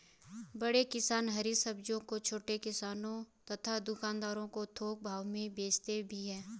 बड़े किसान हरी सब्जियों को छोटे किसानों तथा दुकानदारों को थोक भाव में भेजते भी हैं